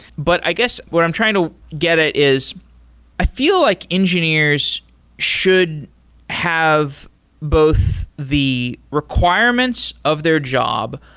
but i guess what i'm trying to get at is i feel like engineers should have both the requirements of their job,